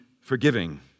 forgiving